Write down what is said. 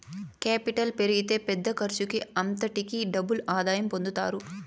capital పెరిగితే పెద్ద ఖర్చుకి అంతటికీ డబుల్ ఆదాయం పొందుతారు